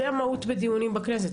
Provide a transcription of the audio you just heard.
זה המהות בדיונים בכנסת,